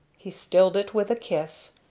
he stilled it with a kiss,